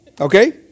Okay